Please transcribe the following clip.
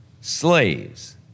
slaves